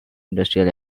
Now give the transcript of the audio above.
industrial